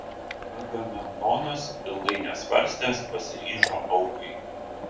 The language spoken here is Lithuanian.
agamemnonas ilgai nesvarstęs pasiryžo aukai